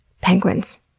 penguins.